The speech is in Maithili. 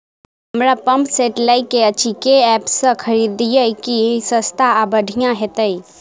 हमरा पंप सेट लय केँ अछि केँ ऐप सँ खरिदियै की सस्ता आ बढ़िया हेतइ?